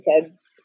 kids